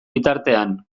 bitartean